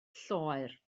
lloer